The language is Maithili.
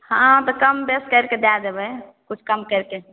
हँ तऽ कम बेस करि के दै देबै किछु कम करिके